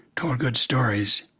told good stories,